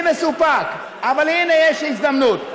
אני מסופק, אבל הנה יש הזדמנות.